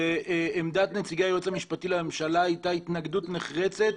אני רוצה שייאמר שעמדת נציגי היועץ המשפטי לממשלה הייתה התנגדות נחרצת